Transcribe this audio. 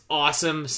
awesome